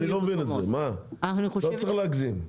זה לא המצב, לא צריך להגזים.